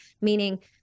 meaning